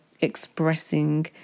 expressing